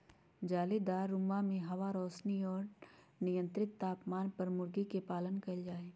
जालीदार रुम्मा में हवा, रौशनी और मियन्त्रित तापमान पर मूर्गी के पालन कइल जाहई